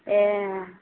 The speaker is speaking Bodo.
ए